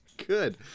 Good